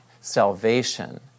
salvation